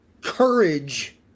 courage